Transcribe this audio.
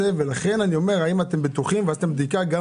לכן אני שואל האם אתם בטוחים והאם עשיתם בדיקה גם